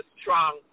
strong